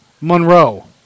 Monroe